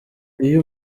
iyo